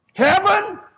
Heaven